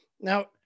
Now